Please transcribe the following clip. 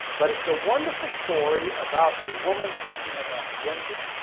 but it's a wonderful story about a woman thinking about gender,